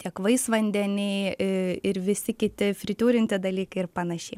tiek vaisvandeniai ir visi kiti fritiūrinti dalykai ir panašiai